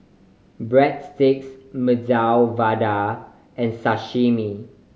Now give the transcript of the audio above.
Breadsticks Medu Vada and Sashimi